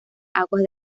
aguas